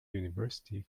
university